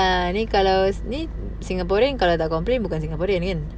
ah ni kalau ni singaporean kalau tak complain bukan singaporean kan